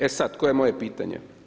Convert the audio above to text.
E sad, koje je moje pitanje.